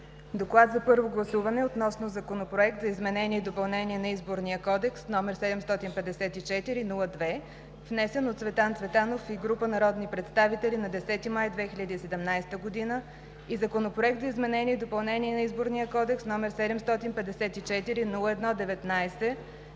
„ДОКЛАД за първо гласуване относно Законопроект за изменение и допълнение на Изборния кодекс, № 754-01-2, внесен от Цветан Цветанов и група народни представители на 10 май 2017 г., и Законопроект за изменение и допълнение на Изборния кодекс, № 754-01-19,